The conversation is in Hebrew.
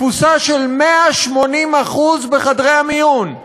תפוסה של 180% בחדרי המיון.